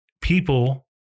people